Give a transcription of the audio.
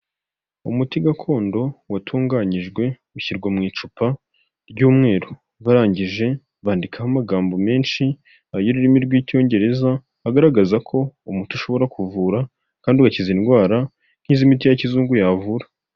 Umuti gakondo watunganyijwe ushyirwa mu icupa ry'umweru barangije bandikaho amagambo menshi ay'ururimi rw'icyongereza agaragaza ko umuti ushobora kuvura kandi ugakiza indwara nk'iz'imiti ya kizungu yavura.